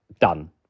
Done